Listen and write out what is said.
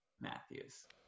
Matthews